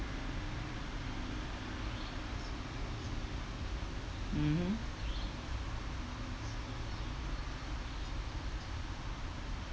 mmhmm